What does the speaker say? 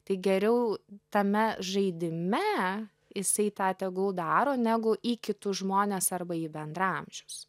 tai geriau tame žaidime jisai tą tegul daro negu į kitus žmones arba į bendraamžius